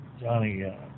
Johnny